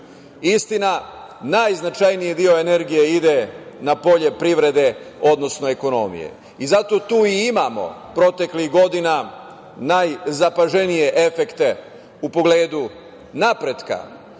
Istina, najznačajniji deo energije ide polje privrede, odnosno ekonomije. Zato tu i imamo proteklih godina najzapaženije efekte u pogledu napretka,